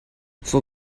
for